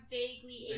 vaguely